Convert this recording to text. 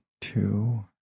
two